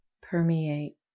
permeate